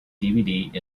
dvd